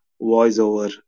voice-over